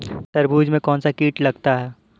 तरबूज में कौनसा कीट लगता है?